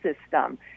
System